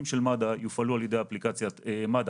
של מד"א יופעלו על ידי אפליקציית מד"א,